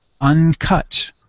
uncut